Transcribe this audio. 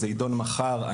זה יידון מחר,